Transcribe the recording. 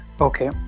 Okay